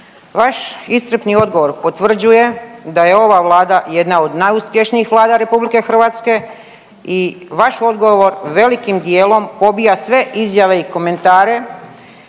Vaš iscrpni odgovor potvrđuje da je ova vlada jedna od najuspješnijih Vlada RH i vaš odgovor velikim dijelom pobija sve izjave i komentare